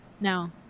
No